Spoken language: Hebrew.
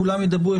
כולם ידברו.